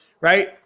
Right